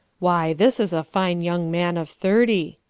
why, this is a fine young man of thirty.